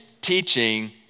teaching